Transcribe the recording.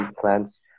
plants